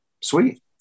sweet